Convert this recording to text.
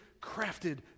crafted